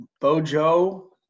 Bojo